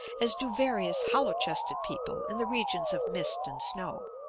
as do various hollow-chested people in the regions of mist and snow,